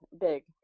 big